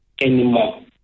anymore